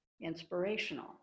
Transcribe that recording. inspirational